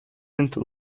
into